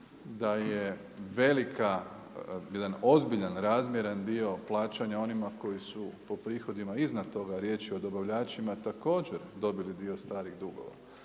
Da je velika, jedan ozbiljan razmjeran dio plaćanja onima koji su po prihodima iznad toga riječ je o dobavljačima također dobili dio starih dugova,